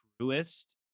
truest